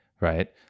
right